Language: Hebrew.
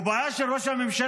הוא בעיה של ראש הממשלה.